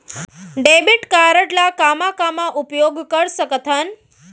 Debit card ला कामा कामा उपयोग कर सकथन?